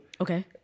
Okay